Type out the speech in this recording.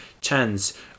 chance